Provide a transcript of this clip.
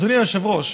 אדוני היושב-ראש,